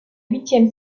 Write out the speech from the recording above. huitième